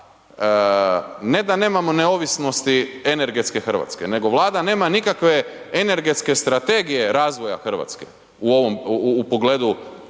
ne da nemamo neovisnosti energetske Hrvatske nego Vlada nema nikakve energetske strategije razvoja Hrvatske u ovom u pogledu